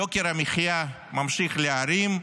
יוקר המחיה ממשיך להאמיר,